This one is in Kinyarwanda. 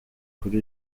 kuri